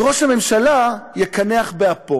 וראש הממשלה יקנח באפו